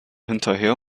hinterher